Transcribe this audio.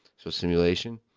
so simulation.